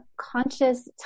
conscious